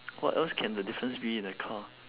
what else can the difference be in the car